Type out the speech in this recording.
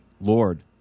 Lord